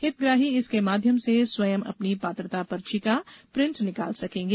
हितग्राही इनके माध्यम से स्वयं अपनी पात्रता पर्ची का प्रिन्ट निकाल सकेंगे